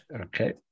Okay